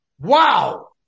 Wow